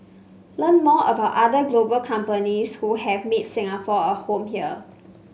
learn more about other global companies who have made Singapore a home here